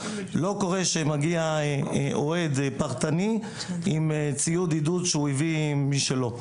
ולא קורה שמגיע אוהד פרטני עם ציוד עידוד שהוא הביא משלו.